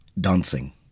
dancing